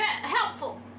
helpful